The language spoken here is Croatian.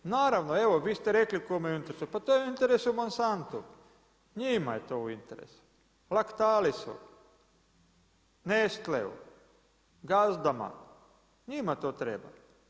Naravno, evo vi ste reli kome je to u interesu, pa to je u interesu Monsantu, njima je to u interesu, Lactalisu, Nestleu, gazdama njima to treba.